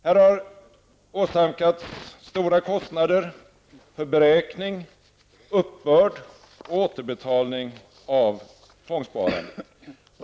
Här har åsamkats stora kostnader för beräkning, uppbörd och återbetalning av tvångssparandet.